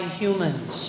humans